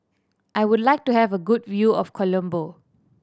I would like to have a good view of Colombo